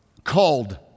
Called